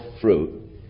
fruit